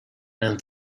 and